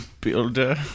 Builder